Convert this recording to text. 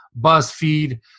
BuzzFeed